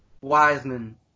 Wiseman